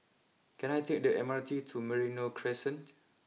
can I take the M R T to Merino Crescent